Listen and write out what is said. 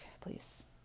Please